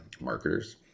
marketers